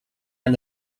and